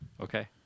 Okay